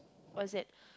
what's that